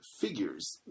figures